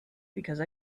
because